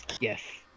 Yes